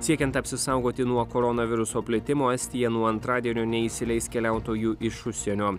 siekiant apsisaugoti nuo koronaviruso plitimo estija nuo antradienio neįsileis keliautojų iš užsienio